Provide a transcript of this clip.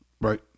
Right